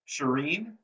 Shireen